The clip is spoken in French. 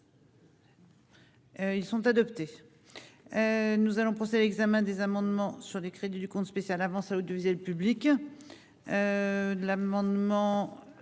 Ils sont adoptés, nous allons procéder l'examen des amendements sur les crédits du compte spécial avances au deux le public